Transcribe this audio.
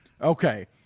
okay